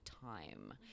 time